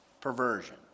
perversion